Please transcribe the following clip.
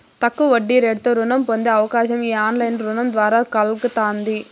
తక్కువ వడ్డీరేటుతో రుణం పొందే అవకాశం ఈ ఆన్లైన్ రుణం ద్వారా కల్గతాంది